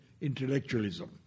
intellectualism